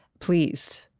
Pleased